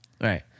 Right